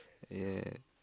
yeah